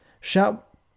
shout